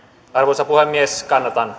arvoisa puhemies